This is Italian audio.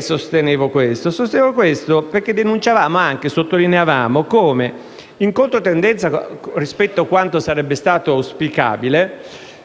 Sostenevo questo perché denunciavamo e sottolineavamo come, in controtendenza rispetto a quanto sarebbe stato auspicabile,